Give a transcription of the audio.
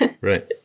Right